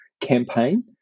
campaign